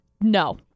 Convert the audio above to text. no